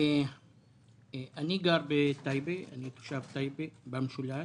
אני גר בטייבה שבמשולש.